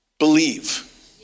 believe